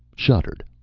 shuddered,